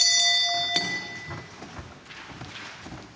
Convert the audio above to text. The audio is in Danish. Hvad er det,